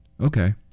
Okay